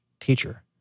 teacher